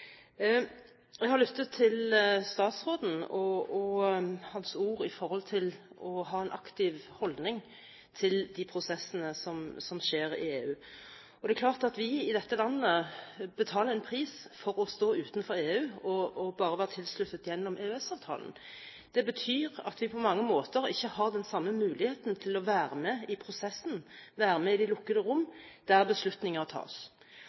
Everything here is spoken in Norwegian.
Jeg har lyttet til statsråden og hans ord om å ha en aktiv holdning til de prosessene som skjer i EU. Det er klart at vi i dette landet betaler en pris for å stå utenfor EU og bare være tilsluttet gjennom EØS-avtalen. Det betyr at vi på mange måter ikke har den samme muligheten til å være med i prosessen, være med i de lukkede rom der beslutninger tas.